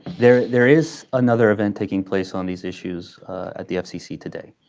there there is another event taking place on these issues at the fcc today.